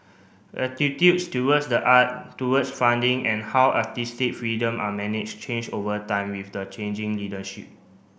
attitudes towards the art towards funding and how artistic freedom are managed change over time with the changing leadership